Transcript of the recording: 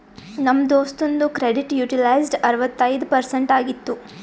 ನಮ್ ದೋಸ್ತುಂದು credit utilised ಅರವತ್ತೈಯ್ದ ಪರ್ಸೆಂಟ್ ಆಗಿತ್ತು